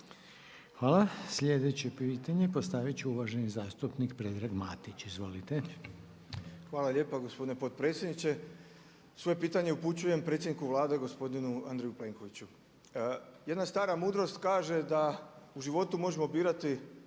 Hvala. Sljedeće pitanje postavit će uvaženi zastupnik Predrag Matić. Izvolite. **Matić, Predrag Fred (SDP)** Hvala lijepa gospodine potpredsjedniče. Svoje pitanje upućujem predsjedniku Vlade gospodinu Andreju Plenkoviću. Jedna stara mudrost kaže da u životu možemo birati